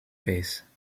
face